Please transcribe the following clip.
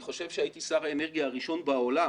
אני חושב שהייתי שר האנרגיה הראשון בעולם